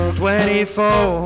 24